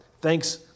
thanks